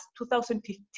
2015